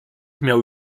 miał